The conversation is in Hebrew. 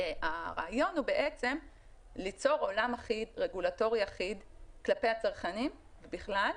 והרעיון הוא ליצור עולם רגולטורי אחיד כלפי הצרכנים בכלל,